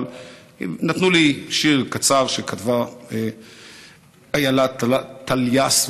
נתנו לי שיר קצר שכתבה איילה טליאס.